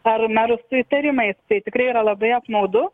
ar merus su įtarimais tai tikrai yra labai apmaudu